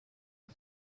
are